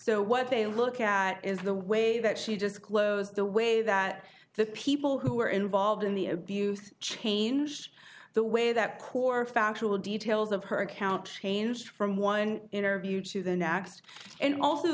so what they look at is the way that she just closed the way that the people who were involved in the abuse changed the way that coeur factual details of her account changed from one interview to the next and also